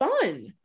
fun